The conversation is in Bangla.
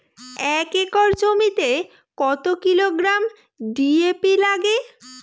এক একর জমিতে কত কিলোগ্রাম ডি.এ.পি লাগে?